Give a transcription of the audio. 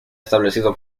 establecido